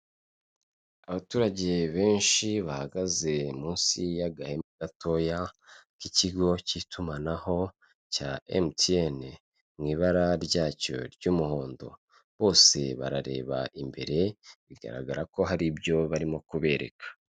Abaturage benshi bahagaze munsi y'agahema gatoya, k'ikigo cy'itumanaho cya MTN, mu ibara ryacyo ry'umuhondo, bose barareba imbere, bigaragara ko hari ibyo barimo kubereka.